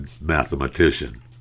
mathematician